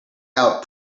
out